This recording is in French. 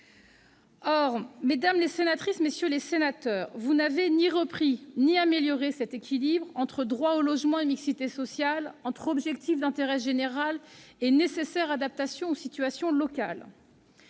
sociale. Mesdames, messieurs les sénateurs, vous n'avez ni repris ni amélioré cet équilibre entre droit au logement et mixité sociale, entre objectifs d'intérêt général et nécessaire adaptation aux situations locales.